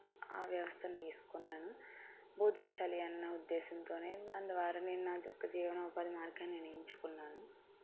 ఆ వ్యవస్థను తీసుకున్నాను బోధించాలి అన్న ఉద్దేశంతోనే దాని ద్వారా నేను నా యొక్క జీవనోపాధ మార్గాన్ని నేను ఎంచుకున్నాను